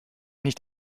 nicht